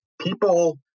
people